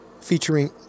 featuring